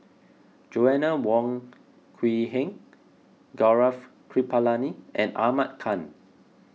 Joanna Wong Quee Heng Gaurav Kripalani and Ahmad Khan